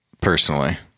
personally